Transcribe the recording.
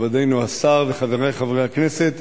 מכובדנו השר, חברי חברי הכנסת,